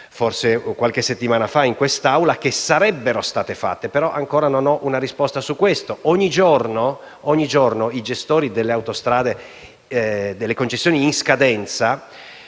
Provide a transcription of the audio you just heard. forse qualche settimana fa in quest'Aula, che sarebbero state fatte. Però ancora non ho ricevuto risposta su questo. Ogni giorno i gestori delle concessioni in scadenza